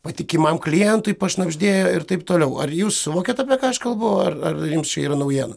patikimam klientui pašnabždėjo ir taip toliau ar jūs suvokiat apie ką aš kalbu ar ar jums čia yra naujiena